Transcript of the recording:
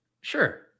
Sure